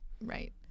Right